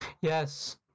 Yes